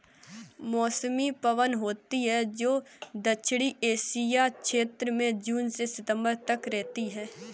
मौसमी पवन होती हैं, जो दक्षिणी एशिया क्षेत्र में जून से सितंबर तक रहती है